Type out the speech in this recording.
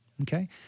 Okay